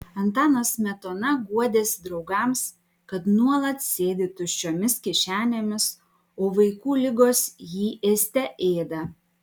antanas smetona guodėsi draugams kad nuolat sėdi tuščiomis kišenėmis o vaikų ligos jį ėste ėda